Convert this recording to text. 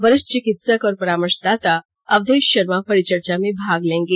वरिष्ठ चिकित्सक और परामर्शदाता अवधेश शर्मा परिचर्चा में भाग लेंगे